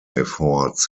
efforts